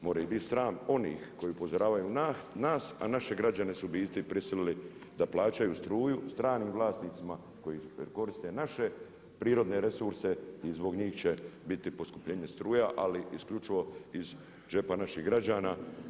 More ih bit sram onih koji upozoravaju nas, a naše građane su u biti prisilili da plaćaju struju stranim vlasnicima koji koriste naše prirodne resurse i zbog njih će biti poskupljenje struje, ali isključivo iz džepa naših građana.